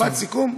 משפט סיכום?